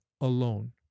alone